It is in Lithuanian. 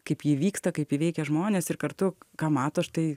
kaip ji vyksta kaip ji veikia žmones ir kartu ką mato štai